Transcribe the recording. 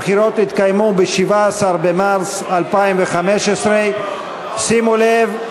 הבחירות יתקיימו ב-17 במרס 2015. שימו לב: